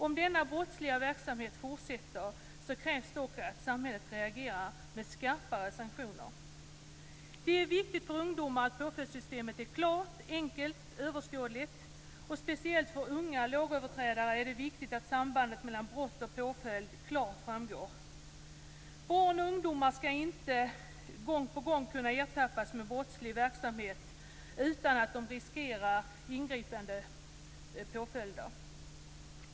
Om den brottsliga verksamheten fortsätter krävs dock att samhället reagerar med skarpare sanktioner. Det är viktigt för ungdomar att påföljdssystemet är klart, enkelt och överskådligt. Speciellt för unga lagöverträdare är det också viktigt att sambandet mellan brott och påföljd klart framgår. Barn och ungdomar skall inte gång på gång kunna ertappas med brottslig verksamhet utan att de riskerar ingripande påföljder.